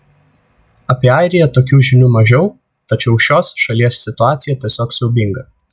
apie airiją tokių žinių mažiau tačiau šios šalies situacija tiesiog siaubinga